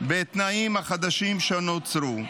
בתנאים החדשים שנוצרו.